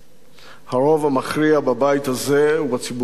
הרוב המכריע בבית הזה ובציבוריות הישראלית